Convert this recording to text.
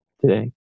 today